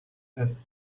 has